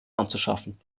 anzuschaffen